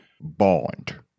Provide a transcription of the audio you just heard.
Bond